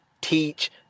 teach